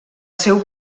seu